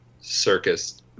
circus